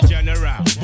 General